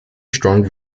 strong